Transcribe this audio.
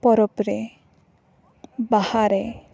ᱯᱚᱨᱚᱵᱽ ᱨᱮ ᱵᱟᱦᱟ ᱨᱮ